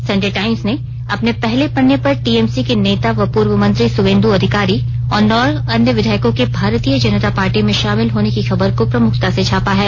Sunday Times ने अपने पहले पन्ने पर टीएमसी के नेता व पूर्व मंत्री सुवेन्दु अधिकारी और नौ अन्य विधायकों के भारतीय जनता पार्टी में शामिल होने की खबर को प्रमुखता से छापा है